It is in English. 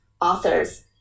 authors